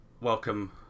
welcome